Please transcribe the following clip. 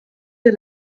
wir